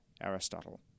Aristotle